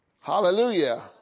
Hallelujah